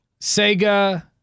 Sega